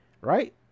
right